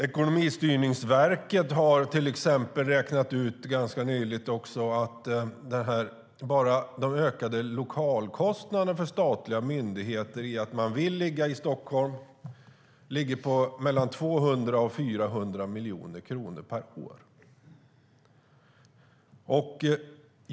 Ekonomistyrningsverket räknade nyligen ut att bara de ökade lokalkostnaderna för statliga myndigheter som vill ligga i Stockholm är på 200-400 miljoner kronor per år.